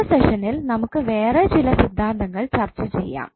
അടുത്ത സെഷനിൽ നമുക്ക് വേറെ ചില സിദ്ധാന്തങ്ങൾ ചർച്ച ചെയ്യാം